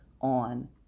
on